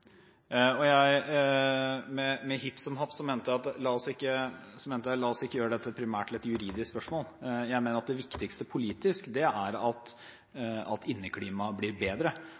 Med hipp som happ mente jeg: La oss ikke gjøre dette primært til et juridisk spørsmål. Jeg mener at det viktigste politisk er at inneklimaet blir bedre,